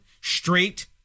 straight